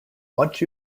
once